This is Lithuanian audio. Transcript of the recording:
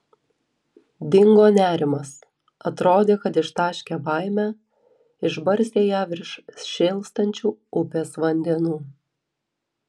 dingo nerimas atrodė kad ištaškė baimę išbarstė ją virš šėlstančių upės vandenų